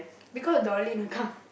because of Dolly account